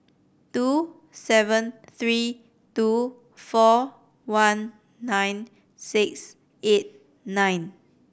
two seven three two four one nine six eight nine